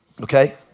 Okay